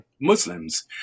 Muslims